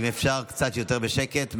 אם אפשר קצת יותר בשקט,